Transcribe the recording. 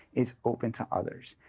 is open to others.